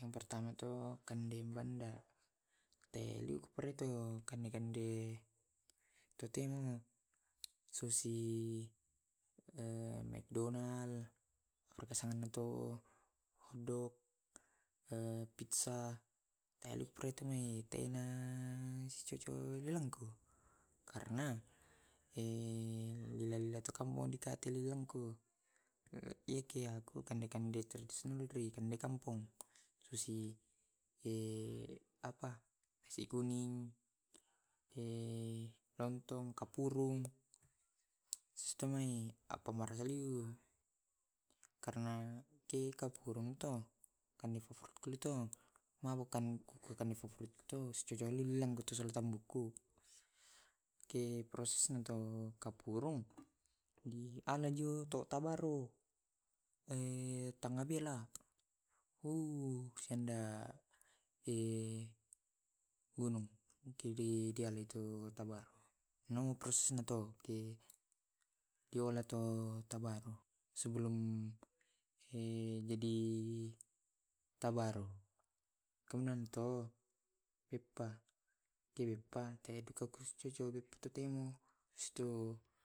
Yang pertama tu kande banda. Te lupere to kande kande tu temo susi mcdonal pasangan nya to hotdog pizza. Tena na si cocok lelangku. Karena lai lai lilangku yeke aku kande kande tradisional ji di kampung. Susi apa nasi kuning lontong, kapurung, stumai apa karena ke kapurung to kande favoritku to tambuku ke prosesnya tu kapurung di anojo to kabaru tangabela hu kasianda gunung kede diallei tu nokisna te diola tu tabaru sebelum he jadi tabaru kunanto beppa, tewepa te duka tu tenu habis tu.